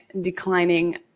declining